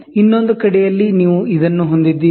ಇನ್ನೊಂದು ಕಡೆಯಲ್ಲಿ ನೀವು ಇದನ್ನು ಹೊಂದಿದ್ದೀರಿ